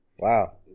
Wow